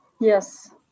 Yes